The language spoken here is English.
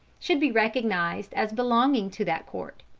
should be recognised as belonging to that court.